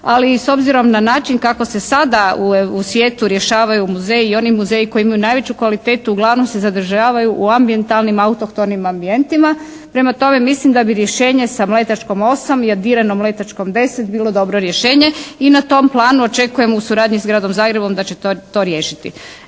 i s obzirom na način kako se sada u svijetu rješavaju muzeji i oni muzeji koji imaju najveću kvalitetu uglavnom se zadržavaju u ambijentalnim, autohtonim ambijentima. Prema tome, mislim da bi rješenje sa Mletačkom 8 i …/Govornik se ne razumije./… Mletačkom 10 bilo dobro rješenje i na tom planu očekujemo u suradnji s Gradom Zagrebom da će to riješiti.